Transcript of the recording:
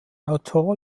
autor